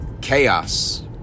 chaos